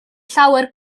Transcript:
llawer